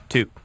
Two